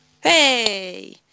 Hey